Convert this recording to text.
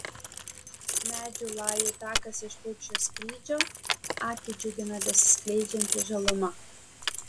medžių lajų takas iš paukščio skrydžio akį džiugina besiskleidžianti žaluma